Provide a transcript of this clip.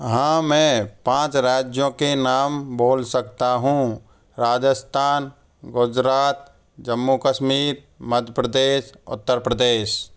हाँ मैं पाँच राज्यों के नाम बोल सकता हूँ राजस्थान गुजरात जम्मू कश्मीर मध्य प्रदेश उत्तर प्रदेश